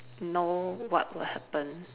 know what will happen